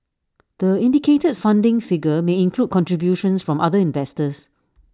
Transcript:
the indicated funding figure may include contributions from other investors